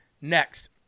next